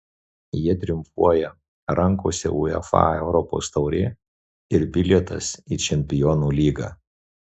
jie triumfuoja rankose uefa europos taurė ir bilietas į čempionų lygą